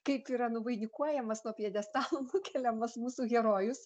kaip yra nuvainikuojamas nuo pjedestalo nukeliamas mūsų herojus